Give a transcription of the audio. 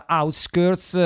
outskirts